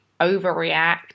overreact